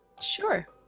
Sure